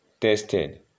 tested